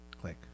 Click